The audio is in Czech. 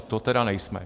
To tedy nejsme!